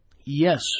Yes